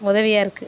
உதவியாக இருக்குது